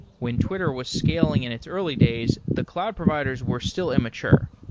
when twitter was scaling in its early days, the cloud providers were still immature.